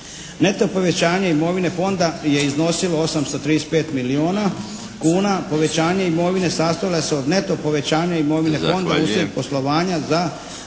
Neto povećanje imovine Fonda je iznosilo 835 milijuna kuna. Povećanje imovine sastojala se od neto povećanja … **Milinović, Darko